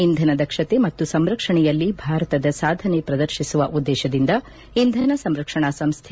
ಇಂಧನ ದಕ್ಷತೆ ಮತ್ತು ಸಂರಕ್ಷಣೆಯಲ್ಲಿ ಭಾರತದ ಸಾಧನೆ ಪ್ರದರ್ಶಿಸುವ ಉದ್ದೇಶದಿಂದ ಇಂಧನ ಸಂರಕ್ಷಣಾ ಸಂಸ್ಥೆ